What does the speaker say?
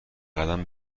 قدم